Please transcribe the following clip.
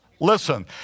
Listen